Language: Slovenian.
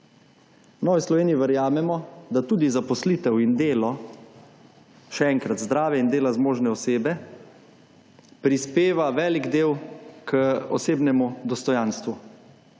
V Novi Sloveniji verjamemo, da tudi zaposlitev in delo, še enkrat, zdrave in dela zmožne osebe, prispeva velik del k osebnemu dostojanstvu